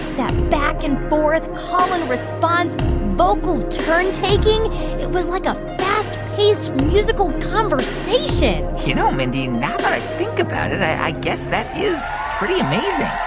that back-and-forth, call-and-response vocal turn-taking it was like a fast-paced musical conversation you know, mindy, i think about it, i guess that is pretty amazing